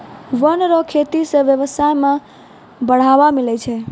वन रो खेती से व्यबसाय में बढ़ावा मिलै छै